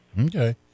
Okay